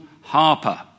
Harper